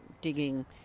digging